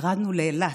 ירדנו לאילת.